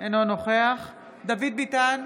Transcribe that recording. אינו נוכח דוד ביטן,